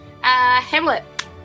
Hamlet